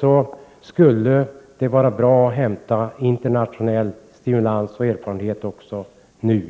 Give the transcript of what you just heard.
Det skulle vara bra att kunna hämta internationell stimulans och erfarenhet också nu,